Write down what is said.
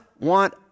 want